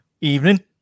Evening